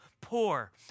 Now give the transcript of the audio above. poor